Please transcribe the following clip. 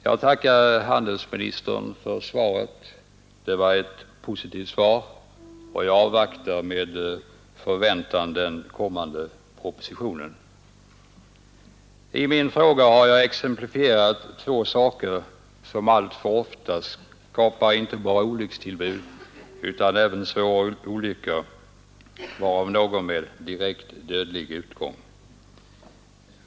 Jag tackar handelsministern för det positiva svaret och avvaktar med stora förväntningar den kommande propositionen. I min fråga har jag exemplifierat två saker, som alltför ofta inte skapar bara olyckstillbud utan även svåra olyckor, därav några med dödlig utgång.